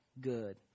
good